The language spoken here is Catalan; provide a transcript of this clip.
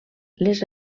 les